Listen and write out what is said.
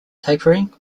tapering